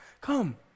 come